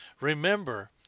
Remember